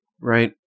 Right